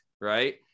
Right